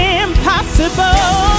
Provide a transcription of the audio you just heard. impossible